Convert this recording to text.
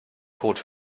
code